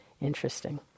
interesting